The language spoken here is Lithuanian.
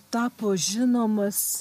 tapo žinomas